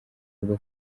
rwo